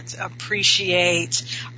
Appreciate